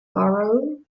borough